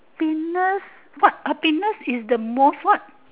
happiness what happiness is the most what